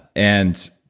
and